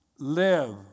live